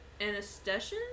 anesthesia